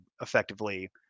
effectively